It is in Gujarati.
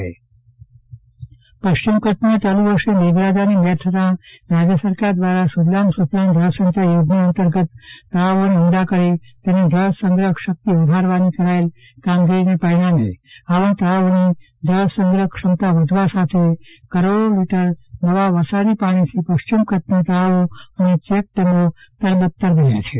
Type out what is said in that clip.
ચંદ્રવદન પદ્ટણી કચ્છ તળાવની જળસંગ્રફ ક્ષમતા વધી પશ્ચિમ કચ્છમાં ચાલુ વર્ષે મેઘરાજાની મહેર થતાં રાજય સરકાર દ્વારા સુજલામ સુફલામ જળસંચય યોજના અંતર્ગત તળાવોને ઊંડા કરી તેની જળસંગ્રહ શક્તિ વધારવાની કરાયેલ કામગીરીને પરિણામે આવાં તળાવોની જળ સંગ્રહ ક્ષમતા વધવા સાથે કરોડો લીટર નવા વરસાદી પાણીથી પશ્ચિમ કચ્છના તળાવો ચેકડેમો તરબતર બની ગયા છે